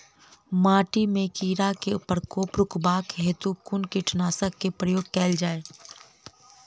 माटि मे कीड़ा केँ प्रकोप रुकबाक हेतु कुन कीटनासक केँ प्रयोग कैल जाय?